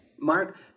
Mark